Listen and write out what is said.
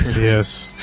Yes